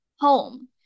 Home